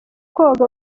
koga